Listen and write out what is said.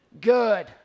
Good